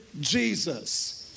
Jesus